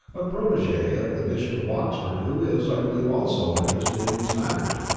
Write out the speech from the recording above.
a protege of the bishop of oxford, who is, i believe, also interested in these matters.